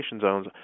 zones